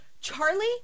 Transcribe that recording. Charlie